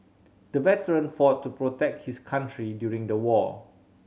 the veteran fought to protect his country during the war